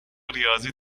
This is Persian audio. ریاضی